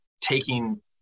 taking